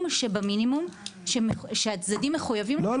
שבמינימום שהצדדים מחויבים --- לא,